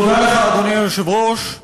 אדוני היושב-ראש,